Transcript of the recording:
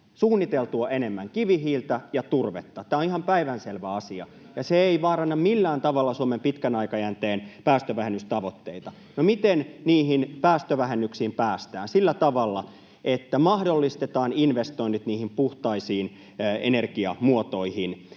suunniteltua enemmän kivihiiltä ja turvetta. Tämä on ihan päivänselvä asia. [Petri Huru: Juuri näin!] Se ei vaaranna millään tavalla Suomen pitkän aikajänteen päästövähennystavoitteita. No, miten niihin päästövähennyksiin päästään? Sillä tavalla, että mahdollistetaan investoinnit niihin puhtaisiin energiamuotoihin.